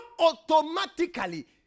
automatically